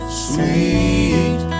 sweet